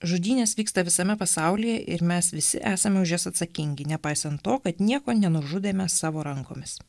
žudynės vyksta visame pasaulyje ir mes visi esame už jas atsakingi nepaisant to kad nieko nenužudėme savo rankomis